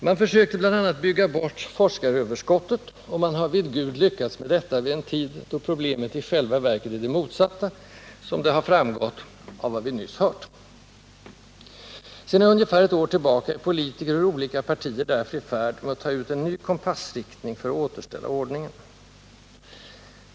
Man försökte bl.a. bygga bort forskaröverskottet — och man har, vid Gud, lyckats med detta vid en tid, då problemet i själva verket är det motsatta, som framgått av vad vi nyss hört. Sedan ungefär ett år tillbaka är politiker ur olika partier därför i färd med att ta ut en ny kompassriktning för att återställa ordningen.